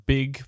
Big